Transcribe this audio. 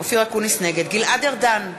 גלעד ארדן,